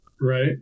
right